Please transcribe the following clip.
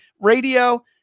radio